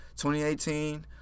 2018